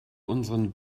unseren